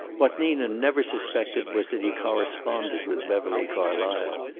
what nina never suspected was that he corresponded with beverly carlysle.